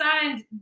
signed